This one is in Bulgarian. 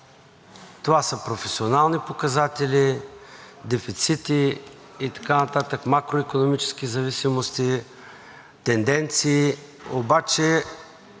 Това са професионални показатели – дефицити и така нататък, макроикономически зависимости, тенденции, обаче